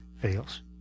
fails